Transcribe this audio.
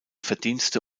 verdienste